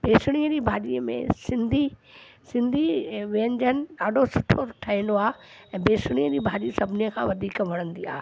बेसणीअ जी भाॼी में सिंधी सिंधी व्यंजन ॾाढो सुठो ठहींदो आहे ऐं बेसण जी भाॼी सभिनी खां वधीक वणंदी आहे